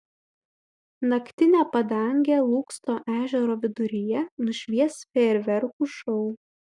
naktinę padangę lūksto ežero viduryje nušvies fejerverkų šou